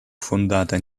fondata